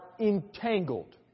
entangled